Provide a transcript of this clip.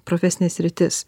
profesinė sritis